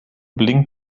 blinkt